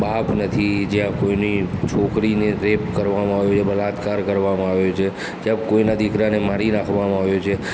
જ્યાં કોઇનો બાપ નથી જ્યાં કોઇની છોકરીને રેપ કરવામાં આવ્યો છે બલાત્કાર કરવામાં આવ્યો છે જ્યાં કોઈના દીકરાને મારી નાખવામાં આવ્યો છે